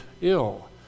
ill